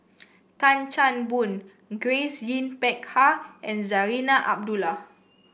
Tan Chan Boon Grace Yin Peck Ha and Zarinah Abdullah